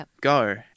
go